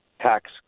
tax